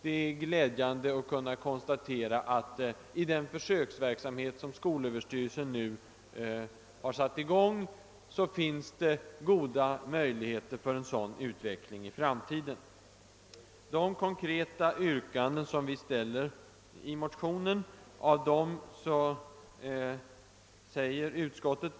Det är glädjande att kunna konstatera att det, genom den försöksverksamhet som skolöverstyrelsen nu har satt i gång, finns goda möjligheter för en sådan utveckling i framtiden. Vi ställer i motionen ett antal konkreta yrkanden.